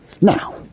Now